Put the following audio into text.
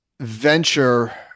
venture